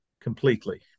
completely